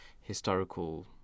historical